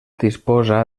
disposa